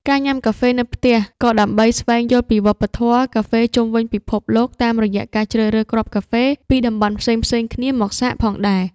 ការញ៉ាំកាហ្វេនៅផ្ទះ ក៏ដើម្បីស្វែងយល់ពីវប្បធម៌កាហ្វេជុំវិញពិភពលោកតាមរយៈការជ្រើសរើសគ្រាប់កាហ្វេពីតំបន់ផ្សេងៗគ្នាមកសាកផងដែរ។